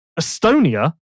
Estonia